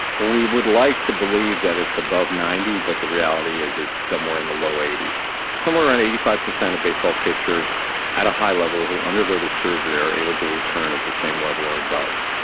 well, we would like to believe that it's above ninety percent, but the reality is it's somewhere in the low eighty s. somewhere around eighty five percent of baseball pictures at a high level who undergo this surgery are able to return at the same level or above.